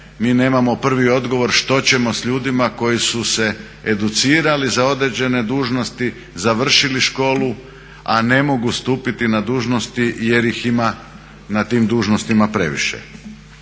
mi nemamo prvi odgovor što ćemo s ljudima koji su se educirali za određene dužnosti, završili školu, a ne mogu stupiti na dužnosti jer ih ima na tim dužnostima previše.